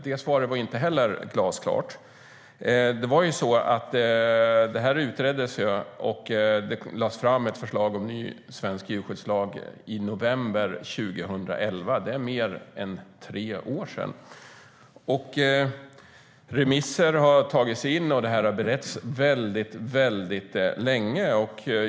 Det svaret var heller inte glasklart.Frågan utreddes, och det lades fram ett förslag till ny svensk djurskyddslag i november 2011. Det är mer än tre år sedan. Remisser har tagits in, och det här har beretts väldigt länge.